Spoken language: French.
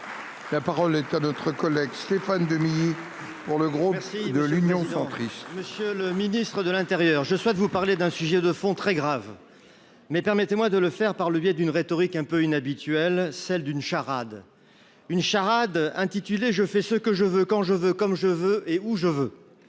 La parole est à notre collègue Stéphane Demilly pour le groupe. Si de l'Union centriste. Monsieur le Ministre de l'Intérieur, je souhaite vous parler d'un sujet de fond très grave. Mais permettez-moi de le faire par le biais d'une rhétorique un peu inhabituelle, celle d'une charade une charade intitulé je fais ce que je veux quand je veux comme je veux et où je veux.